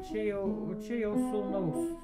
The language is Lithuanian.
čia jau čia jau sūnaus